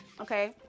okay